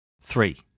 three